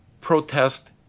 protest